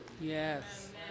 Yes